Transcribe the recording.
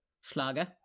Schlager